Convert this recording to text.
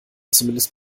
zumindest